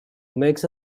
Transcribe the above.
makes